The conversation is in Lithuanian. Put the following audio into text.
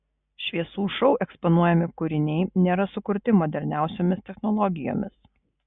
šviesų šou eksponuojami kūriniai nėra sukurti moderniausiomis technologijomis